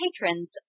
patrons